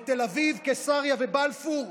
בתל אביב, קיסריה ובבלפור,